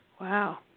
Wow